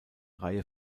reihe